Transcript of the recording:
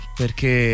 perché